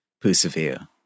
persevere